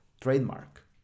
trademark